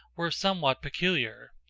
were somewhat peculiar.